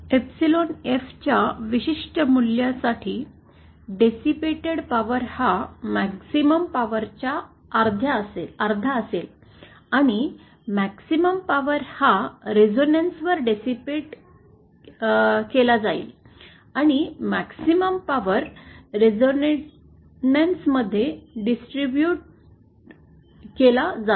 epsilon F च्या विशिष्ट मूल्यासाठी डेसिपेटेड पॉवर हा मक्सिमम पॉवर च्या अर्धा असेल आणि मक्सिमम पॉवर हा रेसोनंस्वर डेसिपेट केली जाईल आणि मक्सिमम पॉवर रेझोनन्समध्ये डिस्ट्रीब्यूट वितरित केला जातो